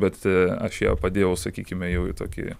bet aš padėjau sakykime jau į tokį